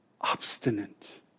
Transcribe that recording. obstinate